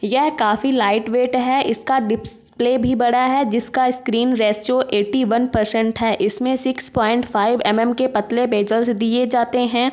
यह काफ़ी light weight है इसका डिस्प्ले भी बड़ा है जिसका स्क्रीन रेसियों एट्टी वन पर्सेन्ट है इसमें six point five m m के पतले बेजल्स दिए जाते हैं